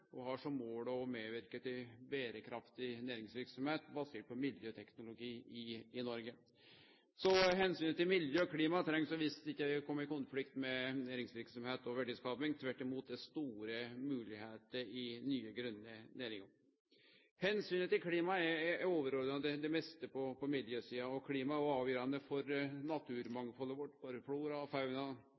og har som mål å medverke til berekraftig næringsverksemd basert på miljøteknologi i Noreg. Så omsynet til miljø og klima treng så visst ikkje å kome i konflikt med næringsverksemd og verdiskaping, tvert imot. Det er store moglegheiter i nye, grøne næringar. Omsynet til klimaet er overordna det meste på miljøsida. Klima er òg avgjerande for naturmangfaldet vårt, for flora og fauna